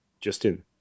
Justin